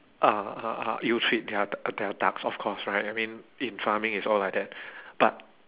uh uh uh ill treat their their ducks of course right I mean in farming it's all like that but